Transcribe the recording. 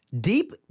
Deep